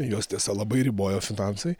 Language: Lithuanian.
juos tiesa labai ribojo finansai